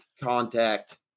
contact